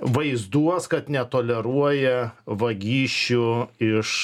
vaizduos kad netoleruoja vagysčių iš